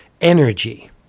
energy